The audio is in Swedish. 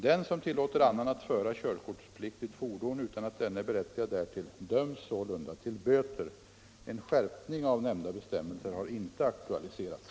Den som tillåter annan att föra körkortspliktigt fordon utan att denne är berättigad därtill döms sålunda till böter. En skärpning av nämnda bestämmelser har inte aktualiserats.